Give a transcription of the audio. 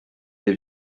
des